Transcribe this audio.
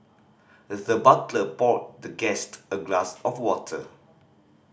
the butler poured the guest a glass of water